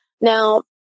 Now